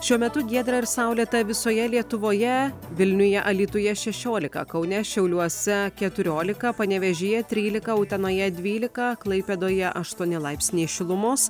šiuo metu giedra ir saulėta visoje lietuvoje vilniuje alytuje šešiolika kaune šiauliuose keturiolika panevėžyje trylika utenoje dvylika klaipėdoje aštuoni laipsniai šilumos